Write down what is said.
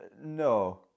No